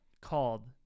called